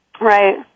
Right